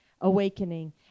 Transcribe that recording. awakening